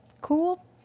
cool